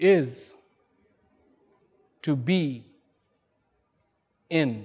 is to be in